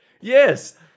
Yes